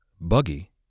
Buggy